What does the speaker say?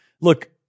look